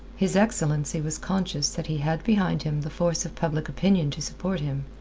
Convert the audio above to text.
his excellency was conscious that he had behind him the force of public opinion to support him.